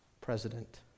president